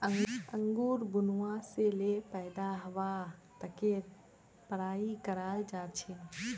अंगूर बुनवा से ले पैदा हवा तकेर पढ़ाई कराल जा छे